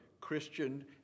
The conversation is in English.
Christian